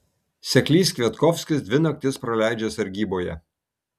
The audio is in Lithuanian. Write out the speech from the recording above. seklys kviatkovskis dvi naktis praleidžia sargyboje